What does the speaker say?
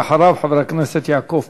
ואם לא, אני מקווה שתמצאו את המקום והזמן,